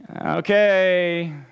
Okay